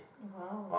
!wow!